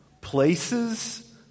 places